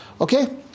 Okay